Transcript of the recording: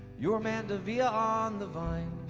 you're mandevilla on the vine